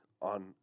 on